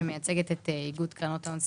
ומייצגת את איגוד קרנות הון סיכון.